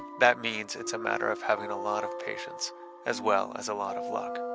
that means it's a matter of having a lot of patience as well as a lot of luck.